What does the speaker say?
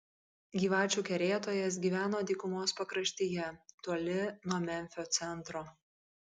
gyvačių kerėtojas gyveno dykumos pakraštyje toli nuo memfio centro